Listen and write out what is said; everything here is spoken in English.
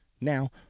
Now